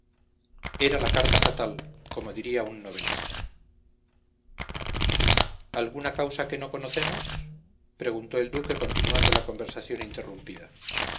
era la carta fatal como diría un novelista alguna causa que no conocemos preguntó el duque continuando la conversación interrumpida